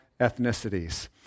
ethnicities